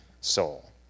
soul